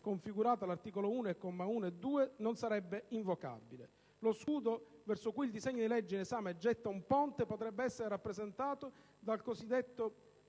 configurato all'articolo 1, commi 1 e 2, non sarebbe invocabile. Lo scudo verso cui il disegno di legge in esame getta un ponte potrebbe essere rappresentato dal contenuto